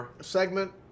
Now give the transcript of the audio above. segment